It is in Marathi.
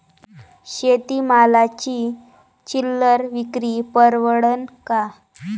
शेती मालाची चिल्लर विक्री परवडन का?